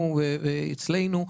מסביבנו ואצלנו,